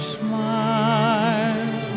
smile